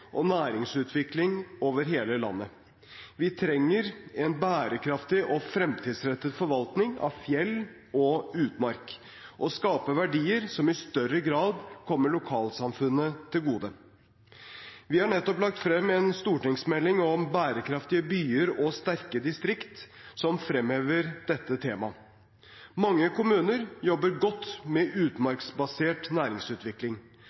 og næringsutvikling over hele landet. Vi trenger en bærekraftig og fremtidsrettet forvaltning av fjell og utmark og skape verdier som i større grad kommer lokalsamfunnene til gode. Vi har nettopp lagt frem en stortingsmelding om bærekraftige byer og sterke distrikter, som fremhever dette temaet. Mange kommuner jobber godt med utmarksbasert næringsutvikling.